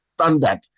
standard